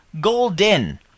golden